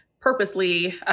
purposely